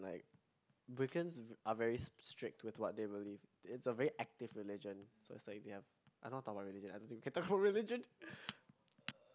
like Wakens are very strict with what they believe it's a very active religion so it's like they are I don't want to talk about religion I don't think we can talk about religion